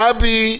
גבי,